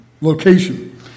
location